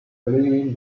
believing